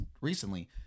recently